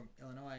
Illinois